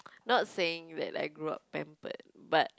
not saying that I grow up pampered but